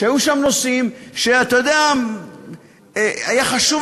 יודע שהיו שם נושאים שלגביהם היה חשוב